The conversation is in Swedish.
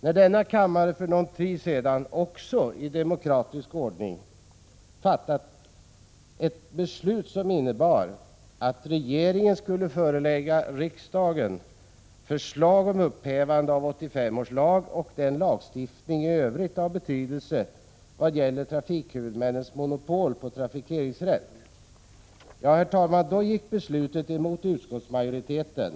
När denna kammare för någon tid sedan, också i demokratisk ordning, fattade ett beslut som innebar att regeringen skulle förelägga riksdagen förslag om upphävande av 1985 års lag och den lagstiftning i övrigt av betydelse vad gäller trafikhuvudmännens monopol på trafikeringsrätt, då gick kammaren i sitt beslut emot utskottsmajoriteten.